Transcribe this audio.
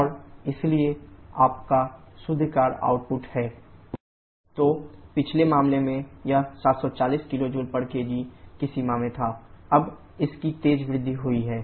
और इसलिए आपका शुद्ध कार्य आउटपुट है WnetWT WP9611 kJkg तो पिछले मामले में यह 740 kJkg की सीमा में था अब इतनी तेज वृद्धि हुई है